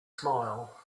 smile